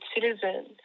Citizen